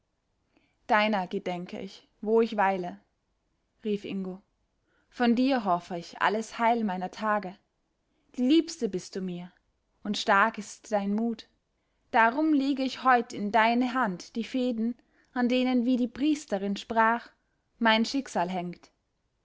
deiner gedenke ich wo ich auch weile rief ingo von dir hoffe ich alles heil meiner tage die liebste bist du mir und stark ist dein mut darum lege ich heut in deine hand die fäden an denen wie die priesterin sprach mein schicksal hängt